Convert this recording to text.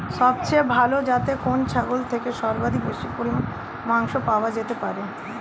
সবচেয়ে ভালো যাতে কোন ছাগল থেকে সর্বাধিক বেশি পরিমাণে মাংস পাওয়া যেতে পারে?